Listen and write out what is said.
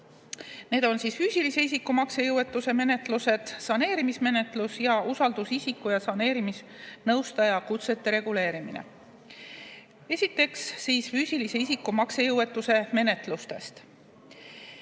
Need on füüsilise isiku maksejõuetuse menetlused, saneerimismenetlus ning usaldusisiku ja saneerimisnõustaja kutse reguleerimine. Esiteks füüsilise isiku maksejõuetuse menetlustest.